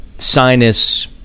sinus